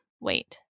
wait